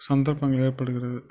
சந்தர்ப்பங்கள் ஏற்படுகிறது